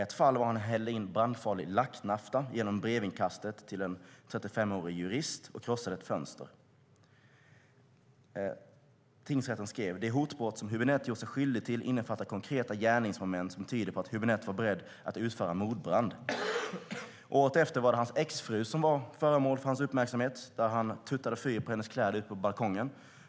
Ett fall var när han hällde in brandfarlig lacknafta genom brevinkastet till en 35-årig jurists bostad och krossade ett fönster. Tingsrätten skrev att det hotbrott som Hübinette gjort sig skyldig till innefattade konkreta gärningsmoment som tydde på att Hübinette var beredd att utföra mordbrand. Året efter var det hans exfru som var föremål för hans uppmärksamhet. Han tuttade eld på hennes kläder ute på balkongen.